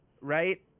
right